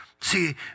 See